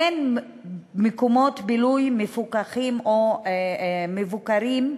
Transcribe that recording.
אין מקומות בילוי מפוקחים או מבוקרים,